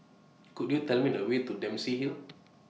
Could YOU Tell Me The Way to Dempsey Hill